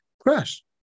crash